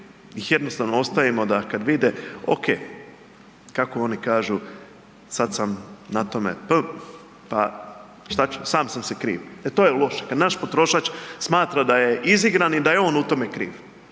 ih jednostavno ostavimo da kad vide ok, kako oni kažu sad sam na tome p pa šta ću, sam sam si kriv. E to je loše, kad naš potrošač smatra da je izigran i da je on u tome kriv,